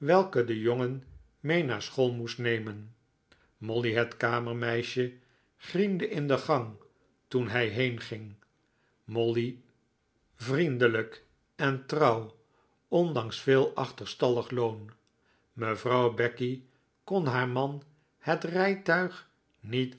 welke de jongen mee naar school moest nemen molly het kamermeisje griende in de gang toen hij heenging molly vriendelijk en trouw ondanks veel achterstallig loon mevrouw becky kon haar man het rijtuig niet